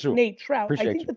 nate, trout appreciate you. but